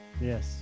Yes